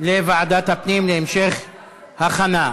לוועדת הפנים להמשך הכנה.